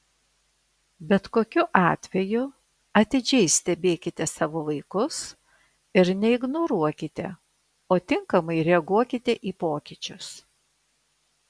bet kokiu atveju atidžiai stebėkite savo vaikus ir neignoruokite o tinkamai reaguokite į pokyčius